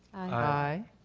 aye.